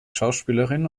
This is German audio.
schauspielerin